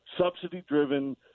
subsidy-driven